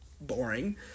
boring